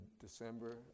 December